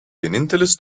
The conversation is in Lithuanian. vienintelis